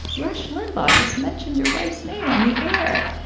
rush limbaugh just mentioned your wife's name on the air.